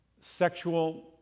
sexual